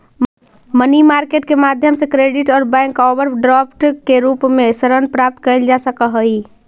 money market के माध्यम से क्रेडिट और बैंक ओवरड्राफ्ट के रूप में ऋण प्राप्त कैल जा सकऽ हई